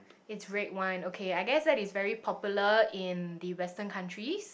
it's red wine okay I guess that is very popular in the Western countries